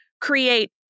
create